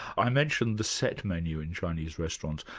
i mentioned the set menu in chinese restaurants,